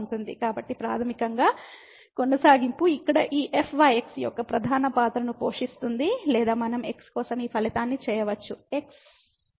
కాబట్టి ప్రాథమికంగా కొనసాగింపు ఇక్కడ ఈ fyx యొక్క ప్రధాన పాత్రను పోషిస్తుంది లేదా మనం x కోసం ఈ ఫలితాన్ని చేయవచ్చు x xy